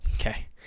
Okay